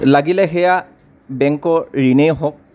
লাগিলে সেয়া বেংকৰ ঋণেই হওক